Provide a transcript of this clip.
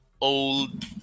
old